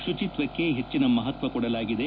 ಶುಚಿತ್ವಕ್ಷೆ ಹೆಚ್ಚಿನ ಮಹತ್ವ ಕೊಡಲಾಗಿದೆ